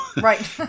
Right